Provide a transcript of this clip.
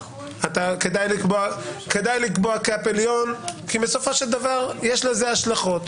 כדאי לקבוע בתקנות קאפ עליון כי בסופו של דבר יש לזה השלכות.